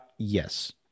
Yes